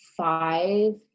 Five